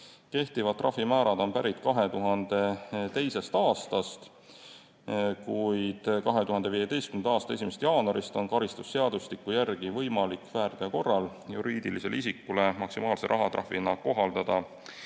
Kehtivad trahvimäärad on pärit 2002. aastast, kuid 2015. aasta 1. jaanuarist on karistusseadustiku järgi võimalik väärteo korral juriidilisele isikule maksimaalse rahatrahvina kohaldada